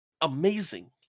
amazing